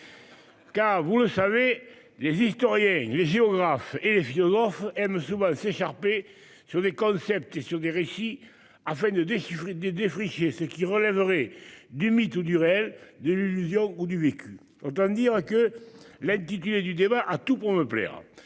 Car vous le savez les historiens et géographes et les violences M. souvent s'écharper sur des concepts et sur des récits afin de déchiffrer des défricher ce qui relèverait du mythe ou du réel d'une illusion ou du vécu. Autant dire que l'intitulé du débat à tout pour me plaire